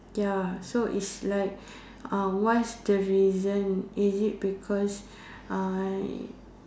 ya so is like what's the reason is it because I